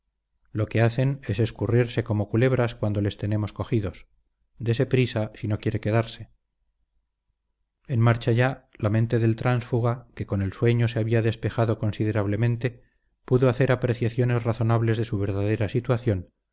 lo que hacen es escurrirse como culebras cuando les tenemos cogidos dese prisa si no quiere quedarse en marcha ya la mente del tránsfuga que con el sueño se había despejado considerablemente pudo hacer apreciaciones razonables de su verdadera situación